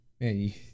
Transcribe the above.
man